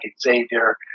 Xavier